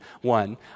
one